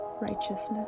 righteousness